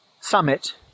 summit